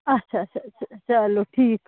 اَچھا اَچھا اَچھا اَچھا چلو ٹھیٖک